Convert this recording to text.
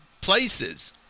places